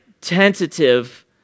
tentative